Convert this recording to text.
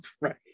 Right